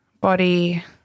body